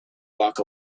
walk